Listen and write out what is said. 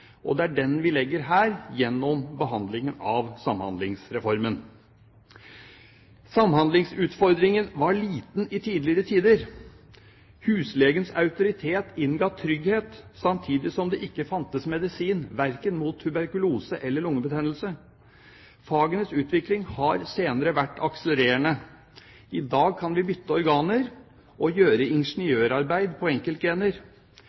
Og det er den vi legger her gjennom behandlingen av Samhandlingsreformen. Samhandlingsutfordringen var liten i tidligere tider. Huslegens autoritet innga trygghet, samtidig som det ikke fantes medisin verken mot tuberkulose eller lungebetennelse. Fagenes utvikling har senere vært akselererende. I dag kan vi bytte organer og gjøre ingeniørarbeid på enkeltgener.